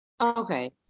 Okay